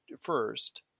first